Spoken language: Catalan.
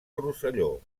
rosselló